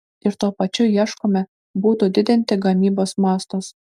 ir tuo pačiu ieškome būdų didinti gamybos mastus